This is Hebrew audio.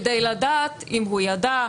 כדי לדעת אם הוא ידע,